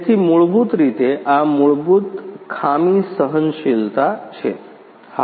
તેથી મૂળભૂત રીતે આ મૂળભૂત રીતે ખામી સહનશીલતા છે